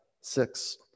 six